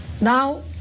Now